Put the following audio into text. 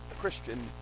Christian